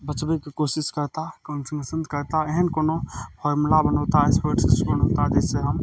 बचबयके कोशिश करता कॉन्सेशन करता एहन कोनो फॉर्मुला बनौता स्पोर्ट्स बनौता जैसँ हम